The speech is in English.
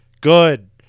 Good